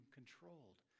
controlled